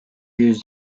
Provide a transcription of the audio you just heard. yüz